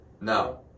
No